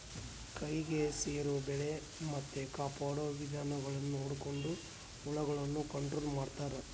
ಕೈಗೆ ಸೇರೊ ಬೆಳೆ ಮತ್ತೆ ಕಾಪಾಡೊ ವಿಧಾನಗುಳ್ನ ನೊಡಕೊಂಡು ಹುಳಗುಳ್ನ ಕಂಟ್ರೊಲು ಮಾಡ್ತಾರಾ